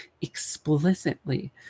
explicitly